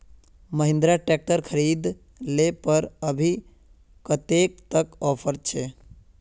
Mahindra tractor खरीद ले पर अभी कतेक तक ऑफर छे?